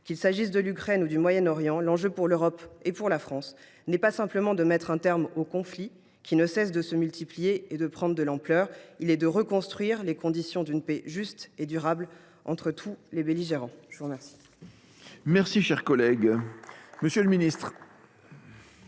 Qu’il s’agisse de l’Ukraine ou du Proche Orient, l’enjeu pour l’Europe et pour la France n’est pas simplement de mettre un terme aux conflits, qui ne cessent de se multiplier et de prendre de l’ampleur ; il est d’établir les conditions d’une paix juste et durable entre tous les belligérants. La parole